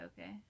okay